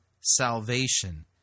salvation